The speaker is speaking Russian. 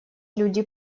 люди